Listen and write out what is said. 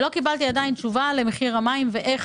לא קיבלתי עדיין תשובה למחיר המים, איך